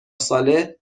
ساله